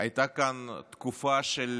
הייתה כאן תקופה של